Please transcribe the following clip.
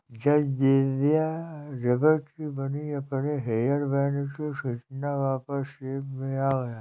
जब दिव्या रबड़ की बनी अपने हेयर बैंड को खींचा वापस शेप में आ गया